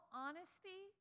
honesty